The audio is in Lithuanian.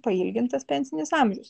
pailgintas pensinis amžius